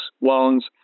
loans